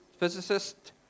physicist